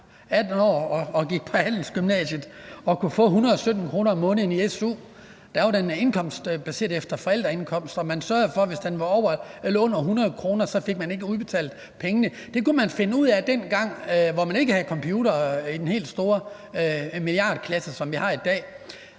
18 år og gik på handelsgymnasium og kunne få 117 kr. om måneden i su, var det baseret på forældreindkomsten, og man sørgede for, at hvis den var under 100 kr., fik man ikke udbetalt pengene. Det kunne man finde ud af dengang, hvor man ikke havde computere i den helt store milliardklasse, som vi har i dag.